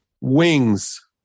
wings